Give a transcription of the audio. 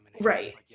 right